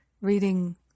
reading